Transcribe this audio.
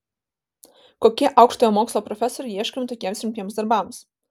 kokie aukštojo mokslo profesoriai ieškomi tokiems rimtiems darbams